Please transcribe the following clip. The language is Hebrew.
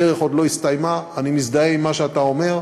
הדרך עוד לא הסתיימה, אני מזדהה עם מה שאתה אומר,